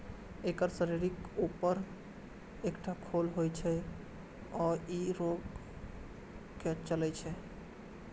एकर शरीरक ऊपर एकटा खोल होइ छै आ ई रेंग के चलै छै